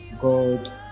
God